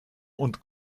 und